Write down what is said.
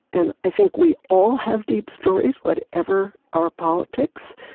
and i think we all have deep stories, whatever our politics,